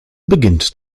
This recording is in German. beginnt